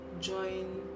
join